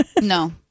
No